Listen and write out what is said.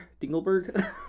Dingleberg